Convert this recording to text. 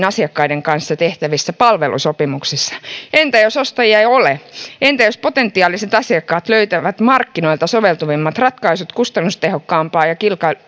asiakkaiden kanssa tehtävissä palvelusopimuksissa entä jos ostajia ei ole entä jos potentiaaliset asiakkaat löytävät markkinoilta soveltuvammat ratkaisut kustannustehokkaampaan ja